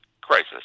crisis